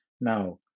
Now